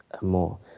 more